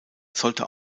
sollte